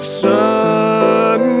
sun